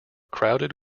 crowded